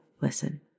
listen